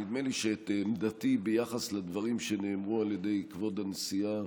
נדמה לי שאת עמדתי ביחס לדברים שנאמרו על ידי כבוד הנשיאה